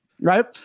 right